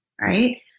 Right